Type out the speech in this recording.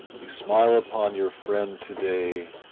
you smile upon your friend to-day,